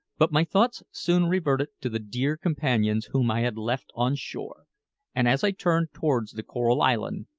but my thoughts soon reverted to the dear companions whom i had left on shore and as i turned towards the coral island,